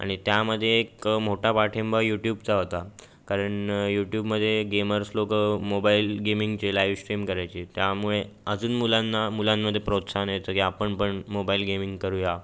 आणि त्यामध्ये एक मोठा पाठिंबा यूट्यूबचा होता कारण यूट्यूबमध्ये गेमर्स लोकं मोबाईल गेमिंगचे लाईव स्ट्रीम करायचे त्यामुळे अजून मुलांना मुलांमध्ये प्रोत्साहन यायचं की आपण पण मोबाईल गेमिंग करू या